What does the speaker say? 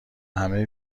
همه